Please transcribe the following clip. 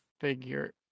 figure